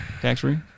Tax-free